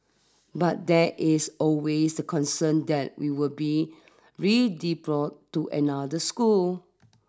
but there is always a concern that we will be redeployed to another school